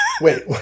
wait